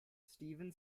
steven